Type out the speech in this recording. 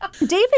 David